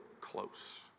close